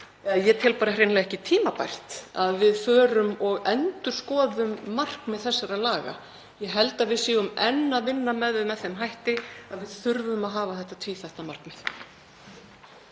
ég tel ekki tímabært að við förum og endurskoðum markmið þessara laga. Ég held að við séum enn að vinna með þau með þeim hætti að við þurfum að hafa þetta tvíþætt markmið.